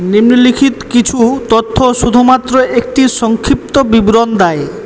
নিম্নলিখিত কিছু তথ্য শুধুমাত্র একটি সংক্ষিপ্ত বিবরণ দেয়